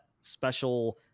special